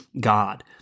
God